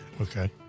Okay